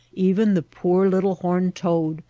even the poor little horned toad,